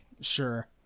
Sure